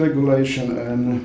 regulation and